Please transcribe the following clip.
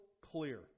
clear